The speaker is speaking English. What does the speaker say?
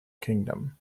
kingdom